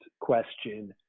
question